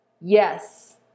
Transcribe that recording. yes